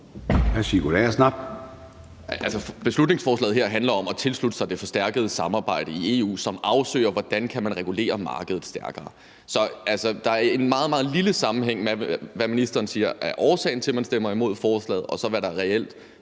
Beslutningsforslaget her handler om at tilslutte sig det forstærkede samarbejde i EU, som afsøger, hvordan man kan regulere markedet stærkere. Så der er en meget, meget lille sammenhæng mellem, hvad ministeren siger er årsagen til, at man stemmer imod forslaget, og hvad der så reelt